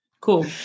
Cool